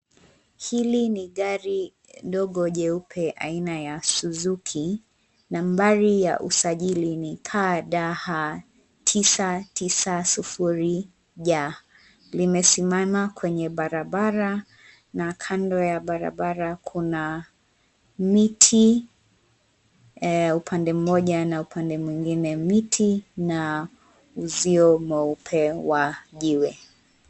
Hili ni gari dogo jeupe aina ya Suzuki. Nambari ya usajili ni 'KDH 990J'. Limesimama kwenye barabara na kando ya barabara kuna miti upande mmoja na upande mwingine, miti na uzio mweupe wa jiwe.